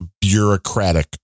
bureaucratic